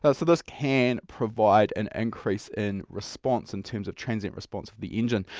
ah so this can provide an increase in response in terms of transient response of the engine.